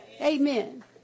Amen